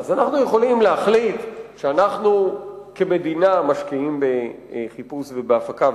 אז אנחנו יכולים להחליט שאנחנו כמדינה משקיעים בחיפוש ובהפקה,